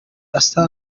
asa